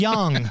Young